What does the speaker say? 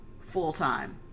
full-time